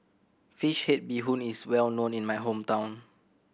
fish head bee hoon is well known in my hometown